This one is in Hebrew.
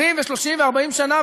20 ו-30 ו-40 שנה,